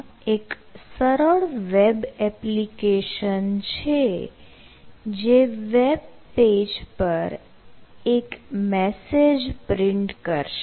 આ એક સરળ વેબ એપ્લિકેશન છે જે વેબપેજ પર એક મેસેજ પ્રિન્ટ કરશે